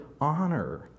honor